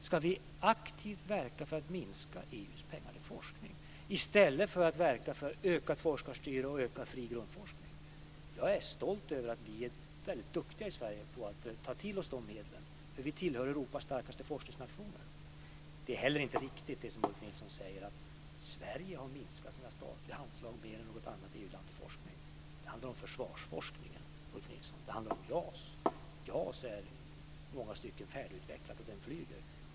Ska vi aktivt verka för att minska EU:s pengar till forskning i stället för att verka för ökat forskarstyre och ökad fri grundforskning? Jag är stolt över att vi är duktiga i Sverige på att ta till oss medlen. Vi tillhör en av Europas starkaste forskningsnationer. Det är inte heller riktigt som Ulf Nilsson säger att Sverige har minskat sina statliga anslag till forskning mer än något annat EU-land. Det handlar om försvarsforskningen, Ulf Nilsson. Det handlar om JAS. JAS-planet är i många stycken färdigutvecklat, och det flyger.